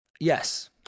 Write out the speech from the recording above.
yes